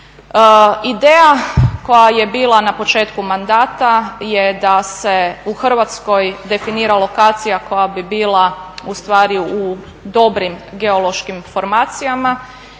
Ideja koja je bila na početku mandata je da se u Hrvatskoj definira lokacija koja bi bila ustvari u dobrim geološkim formacijama